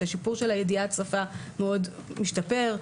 שידיעת השפה השתפרה,